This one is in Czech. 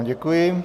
Děkuji.